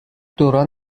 دوران